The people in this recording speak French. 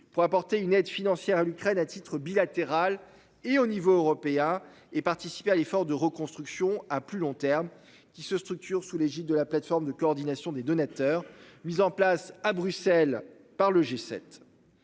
pour apporter une aide financière à l'Ukraine, à titre bilatéral et au niveau européen et participer à l'effort de reconstruction à plus long terme qui se structure sous l'égide de la plateforme de coordination des donateurs mise en place à Bruxelles par le G7.